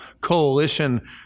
coalition